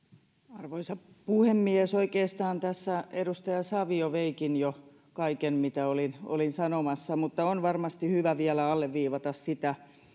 arvoisa puhemies oikeastaan tässä edustaja savio veikin jo kaiken mitä olin olin sanomassa mutta on varmasti hyvä vielä alleviivata sitä